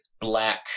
black